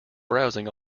browsing